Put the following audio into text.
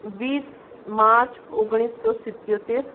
વીસ માર્ચ ઓગણીસસો સિત્તોતેર